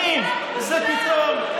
לפחות תתבייש קצת.